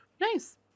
nice